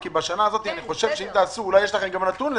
בשנה הזאת אם תבדקו ואולי יש לכם גם נתונים על